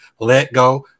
LetGo